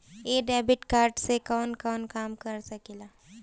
इ debit card से कवन कवन काम कर सकिला?